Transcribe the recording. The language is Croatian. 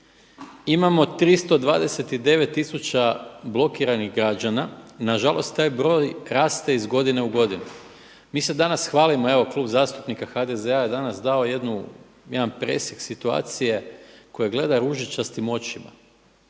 imamo 329 tisuća blokiranih građana, nažalost taj broj raste iz godine u godinu. Mi se danas hvalimo, evo Klub zastupnika HDZ-a je danas dao jedan presjek situacije koju gleda ružičastim očima,